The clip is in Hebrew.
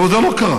אבל זה לא קרה.